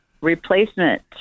replacement